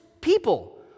people